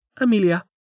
Amelia